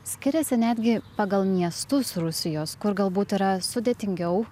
skiriasi netgi pagal miestus rusijos kur galbūt yra sudėtingiau